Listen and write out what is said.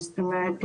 זאת אומרת,